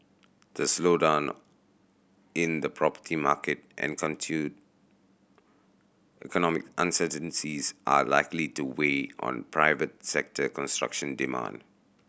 the slowdown in the property market and continued economic uncertainties are likely to weigh on private sector construction demand